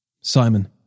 Simon